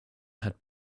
had